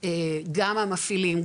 גם המפעילים,